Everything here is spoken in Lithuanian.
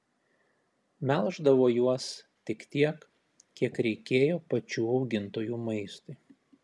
melždavo juos tik tiek kiek reikėjo pačių augintojų maistui